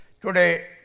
Today